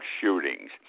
shootings